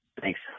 Thanks